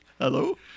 hello